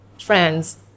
friends